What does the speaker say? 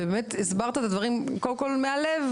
והסברת אותם מהלב,